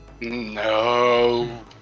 No